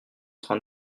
train